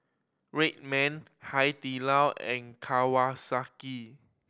Red Man Hai Di Lao and Kawasaki